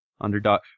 Underdog